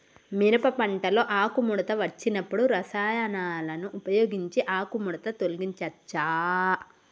మిరప పంటలో ఆకుముడత వచ్చినప్పుడు రసాయనాలను ఉపయోగించి ఆకుముడత తొలగించచ్చా?